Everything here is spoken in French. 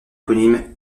éponyme